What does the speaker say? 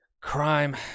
crime